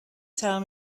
tell